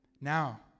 now